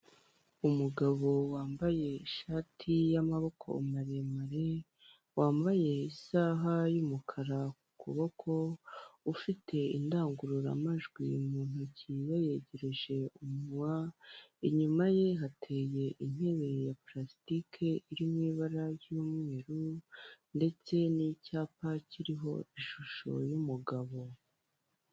Umugabo wambaye ishati y'amaboko maremare, wambaye isaha y'umukara ku kuboko, ufite indangururamajwi mu ntoki, yayegereje umunwa, inyuma ye hateye intebe ya parasitike iri mui ibara ry'umweru, ndetse n'icyapa kiriho ishusho y'umugabo.